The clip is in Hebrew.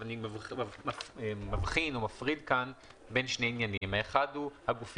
אני מפריד כאן בין שני עניינים: האחד הוא הגופים